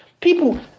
people